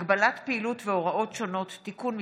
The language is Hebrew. (הגבלת פעילות והוראות שונות) (תיקון מס'